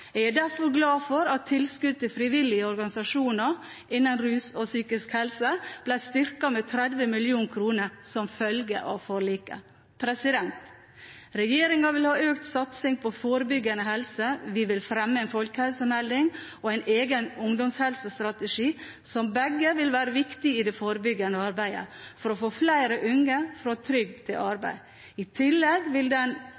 Jeg er derfor glad for at tilskudd til frivillige organisasjoner innen rus og psykisk helse ble styrket med 30 mill. kr som følge av forliket. Regjeringen vil ha økt satsing på forebyggende helse. Vi vil fremme en folkehelsemelding og en egen ungdomshelsestrategi, som begge vil være viktige i det forebyggende arbeidet og for å få flere unge fra trygd til arbeid. I tillegg vil den